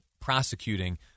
prosecuting